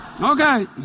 Okay